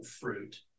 fruit